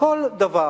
כל דבר.